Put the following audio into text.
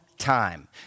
time